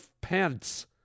Pence